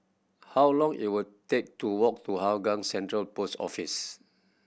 how long it will take to walk to Hougang Central Post Office